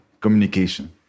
Communication